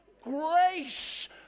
grace